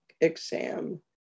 exam